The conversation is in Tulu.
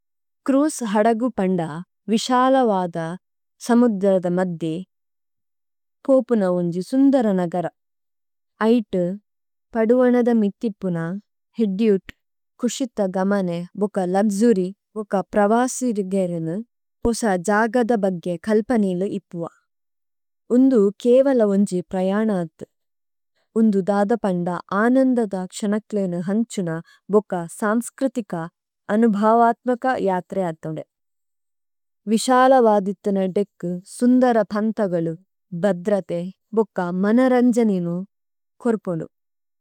ക്രൂസ് ഹഡഗു പംഡാ, വിഷാലവാദ സമുദ്ധരദ മദ്ധെ, പോപുന ഒംജി സുംദര നഗര। ആയിടു, പഡുവനദ മിത്തിപ്പുന ഹേഡ്ഡിയൂട്, കുഷിത്ത ഗമനെ, ബക്ക ലക്ജൂരി, ബക്ക പ്രവാസിരുഗെരനു പൊസാ ജാഗദ ബഗ്ഗെ കല്പനെലു ഇപ്പുവാ। ഒംദു കേവല ഒംജി പ്രയാണാദ്ദു। ഒംദു ദാദപണ്ഡ ആനംദദ ക്ഷനക്ലേനു ഹംചുന ബക്ക സംസ്കര്തിക അനുഭാവാത്നക യാത്രെയാത്രിദ്ദു। വിഷാലവാദിത്തിന ഡെക് സും� കേവല്ലാദിദ്ദു।